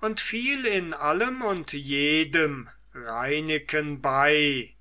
und fiel in allem und jedem reineken bei